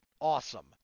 awesome